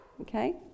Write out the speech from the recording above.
Okay